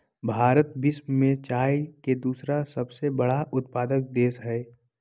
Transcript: भारत विश्व में चाय के दूसरा सबसे बड़ा उत्पादक देश हइ